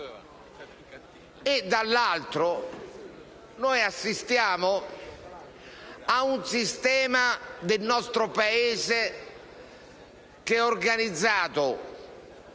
Dall'altro lato, noi assistiamo a un sistema del nostro Paese che è organizzato